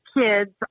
kids